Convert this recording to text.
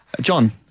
John